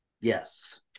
Yes